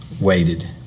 waited